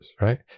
right